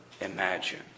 imagine